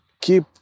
keep